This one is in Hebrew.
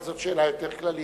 זאת שאלה יותר כללית.